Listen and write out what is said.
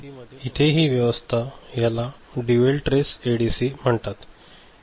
हे बघा इथे हि व्यवस्था याला ड्युअल ट्रेस एडीसी सर्किट म्हणतात